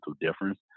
difference